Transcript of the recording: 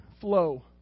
flow